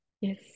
Yes